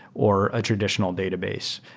or a traditional database.